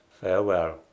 farewell